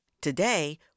Today